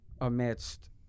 amidst